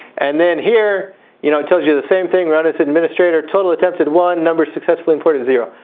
and then here you know it tells you the same thing run as administrator, total attempted one, number successfully imported zero.